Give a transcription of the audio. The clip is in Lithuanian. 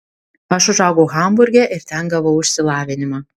aš užaugau hamburge ir ten gavau išsilavinimą